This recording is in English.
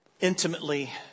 intimately